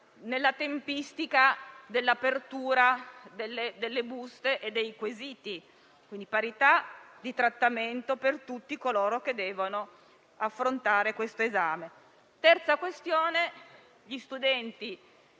nella tempistica dell'apertura delle buste e dei quesiti; parità di trattamento per tutti coloro che devono affrontare questo esame. La terza questione riguarda gli studenti